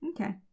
Okay